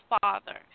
father